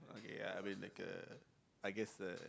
okay yeah I mean like uh I guess uh